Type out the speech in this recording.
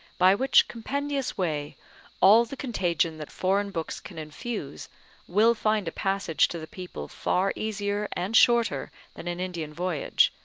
by which compendious way all the contagion that foreign books can infuse will find a passage to the people far easier and shorter than an indian voyage,